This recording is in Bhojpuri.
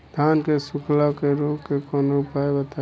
धान के सुखड़ा रोग के कौनोउपाय बताई?